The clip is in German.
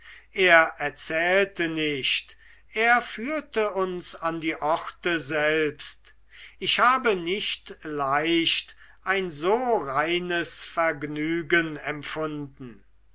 er erzählte nicht er führte uns an die orte selbst ich habe nicht leicht ein so reines vergnügen empfunden